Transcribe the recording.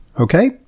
Okay